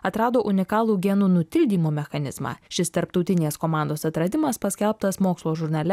atrado unikalų genų nutildymo mechanizmą šis tarptautinės komandos atradimas paskelbtas mokslo žurnale